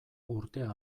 urtea